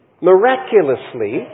Miraculously